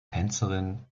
tänzerin